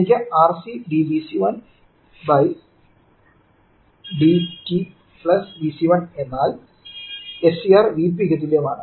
എനിക്ക് RC d Vc1 dt V c 1 എന്നാൽ SCR Vp ക്കു തുല്യമാണ്